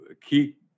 key